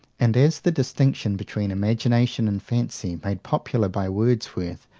and as the distinction between imagination and fancy, made popular by wordsworth,